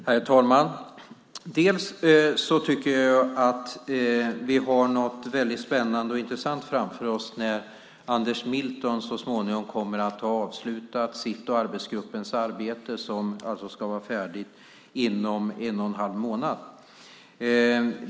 Herr talman! Jag tycker att vi har något väldigt spännande och intressant framför oss när Anders Milton så småningom kommer att ha avslutat sitt och arbetsgruppens arbete, som alltså ska vara färdigt inom en och en halv månad.